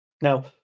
Now